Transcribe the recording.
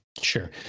Sure